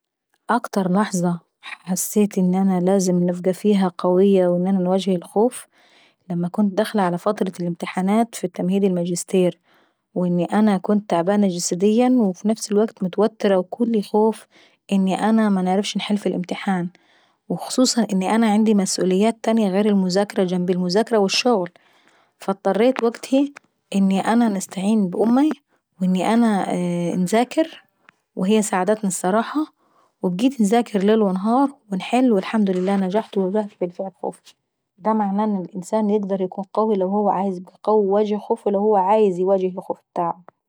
اكتر لحظة حسيت ان انا لازم نبقى قوية ولازم نواجه الخوف لما كنت داخلة على فترة الامتحانات في التمهيدي الماجستير. وان انا كنت تعبانةجسديا وفي نفس الوكت كلي خايف ان انا منعرفش نحل في الامتحان، وخصوصا ان انا عندي ميئوليات تانية غير الدراسة والشغل، فاضطريت وكتهي اني انا نستعين بأماي، واني انا انذاكر وهي ساعدتني الصراحة، وبقيت نذاكر ليل ونهار ، ونحل والحمد لله نحجت وواجهت الخوف. ودا معناه انا لانسان يقدر يكون قوي لو عاوز يكون قوي ويواجه الخوف ابتاعه.